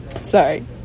sorry